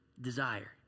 desire